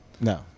no